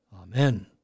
Amen